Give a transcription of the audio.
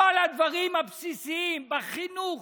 בכל הדברים הבסיסיים בחינוך,